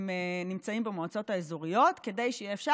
נמצאים במועצות האזוריות, כדי שיהיה אפשר.